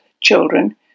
children